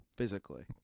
Physically